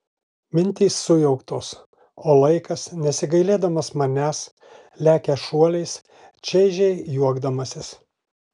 mintys sujauktos o laikas nesigailėdamas manęs lekia šuoliais čaižiai juokdamasis